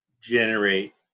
generate